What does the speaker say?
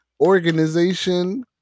organization